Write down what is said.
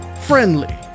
friendly